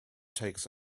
takes